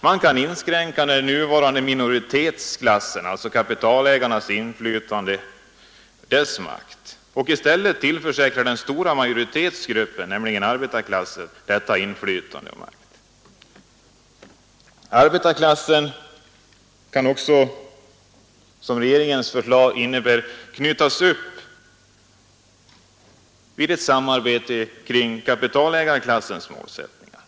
Man kan inskränka den nuvarande minoritetsklassens, alltså kapitalägarnas, inflytande och makt och i stället tillförsäkra den stora majoritetsgruppen, nämligen arbetarklassen, detta inflytande och denna makt. Nr 142 Arbetarklassen kan också — vilket regeringsförslaget innebär — knytas Torsdagen den upp i ett samarbete kring kapitalägarklassens målsättningar.